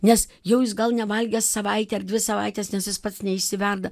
nes jau jis gal nevalgęs savaitę ar dvi savaites nes jis pats neišsiverda